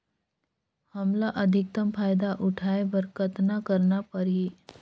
हमला अधिकतम फायदा उठाय बर कतना करना परही?